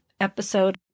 episode